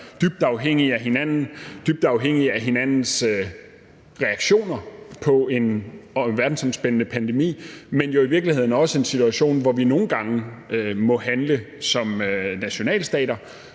dybt afhængige af hinanden, dybt afhængige af hinandens reaktioner på en verdensomspændende pandemi, men jo i virkeligheden også en situation, hvor vi nogle gange må handle som nationalstater.